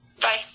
Bye